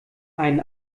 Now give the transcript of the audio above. einen